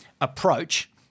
approach